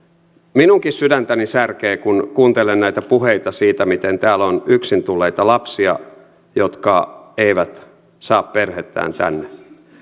minunkin sydäntäni särkee kun kuuntelen näitä puheita siitä miten täällä on yksin tulleita lapsia jotka eivät saa perhettään tänne